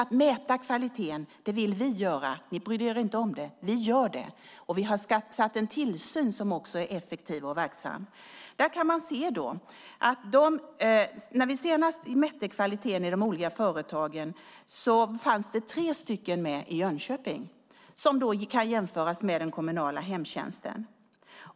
Vi vill nämligen mäta kvaliteten. Ni brydde er inte om det. Vi gör det, och vi har satt in en tillsyn som också är effektiv och verksam. När vi senast mätte kvaliteten i de olika företagen fanns det tre företag med i Jönköping som kan jämföras med den kommunala hemtjänsten.